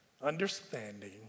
understanding